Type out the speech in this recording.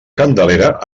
candelera